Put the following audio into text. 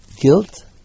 guilt